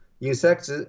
insects